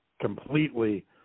completely